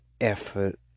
effort